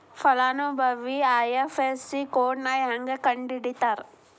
ಫಲಾನುಭವಿ ಐ.ಎಫ್.ಎಸ್.ಸಿ ಕೋಡ್ನಾ ಹೆಂಗ ಕಂಡಹಿಡಿತಾರಾ